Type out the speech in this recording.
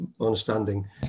understanding